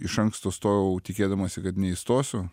iš anksto stojau tikėdamasi kad neįstosiu